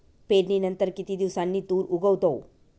पेरणीनंतर किती दिवसांनी तूर उगवतो?